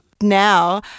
now